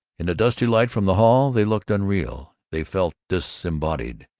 in the dusty light from the hall they looked unreal, they felt disembodied.